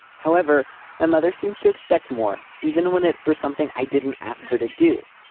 however my mother seems to expect more even when it's for something i didn't ask her to do.